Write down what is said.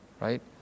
right